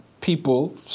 people